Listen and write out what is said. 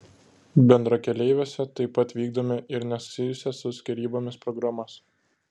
bendrakeleiviuose taip pat vykdome ir nesusijusias su skyrybomis programas